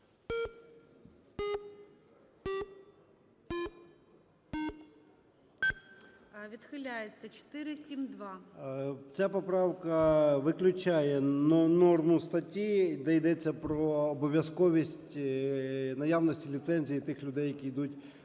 ЧЕРНЕНКО О.М. Ця поправка виключає норму статті, де йдеться про обов'язковість наявності ліцензій у тих людей, які йдуть